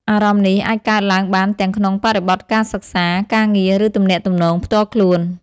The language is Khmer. អារម្មណ៍នេះអាចកើតឡើងបានទាំងក្នុងបរិបទការសិក្សា ការងារ ឬទំនាក់ទំនងផ្ទាល់ខ្លួន។